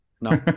no